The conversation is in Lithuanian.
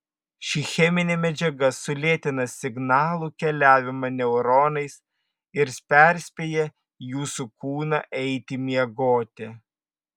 ši cheminė medžiaga sulėtina signalų keliavimą neuronais ir perspėja jūsų kūną eiti miegoti